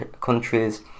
countries